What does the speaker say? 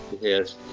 Yes